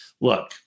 Look